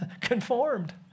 Conformed